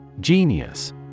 Genius